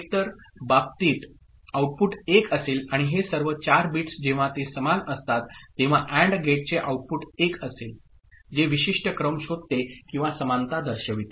एकतर बाबतीत आउटपुट 1 असेल आणि हे सर्व 4 बिट्स जेव्हा ते समान असतात तेव्हा AND गेटचे आउटपुट 1 असेल जे विशिष्ट क्रम शोधते किंवा समानता दर्शविते